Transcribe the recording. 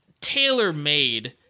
tailor-made